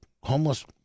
homeless